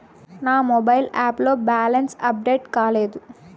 నా mobile app లో balance update కాలేదు